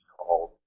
called